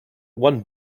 one